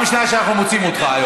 פעם שנייה שאנחנו מוציאים אותך.